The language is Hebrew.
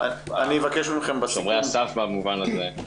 הם שומרי הסף במובן הזה.